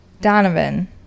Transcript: Donovan